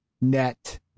net